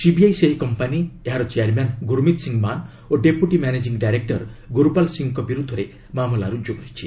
CBI ସେହି company ଏହାର chairman Gurmeet Singh Mann ଓ ଡେପୁଟି ମ୍ୟାନେଜିଙ୍ଗ୍ ଡାଇରେକ୍ର ଗୁରୁପାଲ୍ ସିଂଙ୍କ ବିରୁଦ୍ଧରେ ମାମଲା ରୁଜ୍ଜୁ କରିଛି